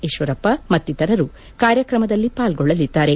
ಈಶ್ವರಪ್ಪ ಮತ್ತಿತರರು ಕಾರ್ಯಕ್ರಮದಲ್ಲಿ ಪಾಲ್ಗೊಳ್ಳಲಿದ್ದಾರೆ